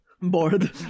bored